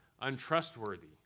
untrustworthy